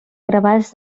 gravats